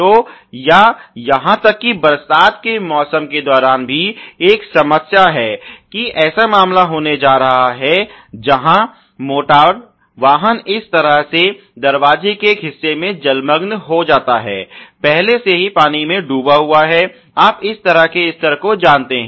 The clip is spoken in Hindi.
तो या यहां तक कि बरसात के मौसम के दौरान भी एक समस्या है कि एक ऐसा मामला होने जा रहा है जहां मोटर वाहन इस तरह से दरवाजे के एक हिस्से में जलमग्न हो जाता है पहले से ही पानी में डूबा हुआ है आप इस तरह के स्तर को जानते हैं